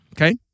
okay